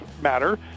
matter